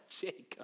Jacob